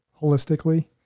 holistically